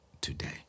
today